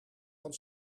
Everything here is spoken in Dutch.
van